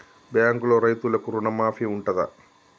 బ్యాంకులో రైతులకు రుణమాఫీ ఉంటదా?